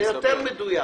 אחזור